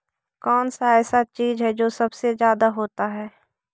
कौन सा ऐसा चीज है जो सबसे ज्यादा होता है?